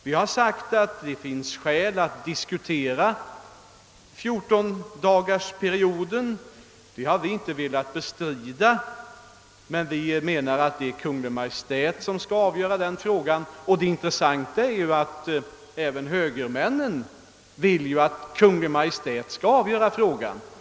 Vi har uttalat att det finns skäl att diskutera 14-dagarsperioden — detta har vi alltså inte velat bestrida — men vi menar att det är Kungl. Maj:t som skall avgöra frågan. Och det intressanta är ju att även högermännen vill att frågan skall avgöras av Kungl. Maj:t.